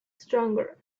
stronger